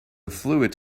fluid